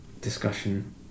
discussion